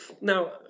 Now